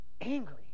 angry